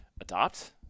adopt